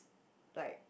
like